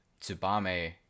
Tsubame